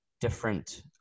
different